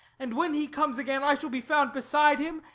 and when he comes again, i shall be found beside him,